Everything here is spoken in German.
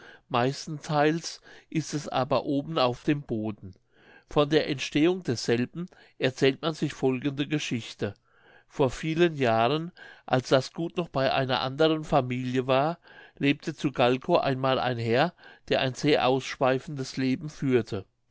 meistentheils ist es aber oben auf dem boden von der entstehung desselben erzählt man sich folgende geschichte vor vielen jahren als das gut noch bei einer anderen familie war lebte zu gahlkow einmal ein herr der ein sehr ausschweifendes leben führte